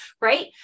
Right